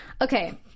Okay